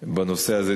עכשיו דיון בנושא הזה.